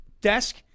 desk